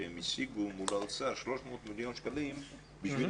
שהם השיגו מול האוצר 300 מיליון שקלים בשביל